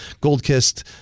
gold-kissed